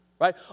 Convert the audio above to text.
right